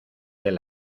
del